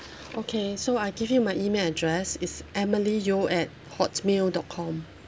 okay so I give you my email address it's emily yeo at hotmail dot com